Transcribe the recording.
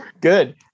Good